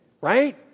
right